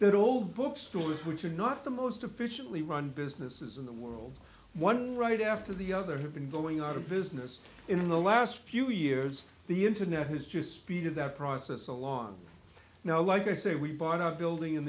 all bookstores which are not the most efficiently run businesses in the world one right after the other have been going out of business in the last few years the internet has just speed of that process alone now like i say we bought our building in